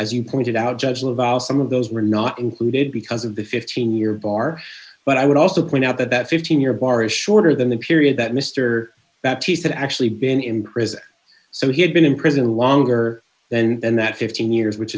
as you pointed out judge laval some of those were not included because of the fifteen year bar but i would also point out that that fifteen year bar is shorter than the period that mr that he's had actually been in prison so he had been in prison longer then and that fifteen years which